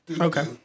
Okay